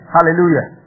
Hallelujah